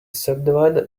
subdivide